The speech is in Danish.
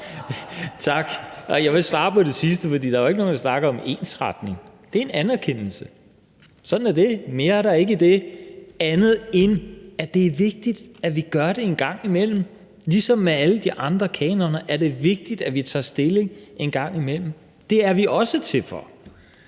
Tak. Jeg vil svare på det sidste, for der er jo ikke nogen, der snakker om ensretning. Det er en anerkendelse. Sådan er det. Mere er der ikke i det, andet end at det er vigtigt, at vi gør det en gang imellem. Ligesom med alle de andre kanoner er det vigtigt, at vi tager stilling en gang imellem. Det går vi også ind for.